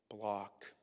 block